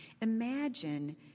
Imagine